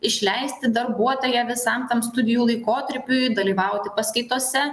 išleisti darbuotoją visam tam studijų laikotarpiui dalyvauti paskaitose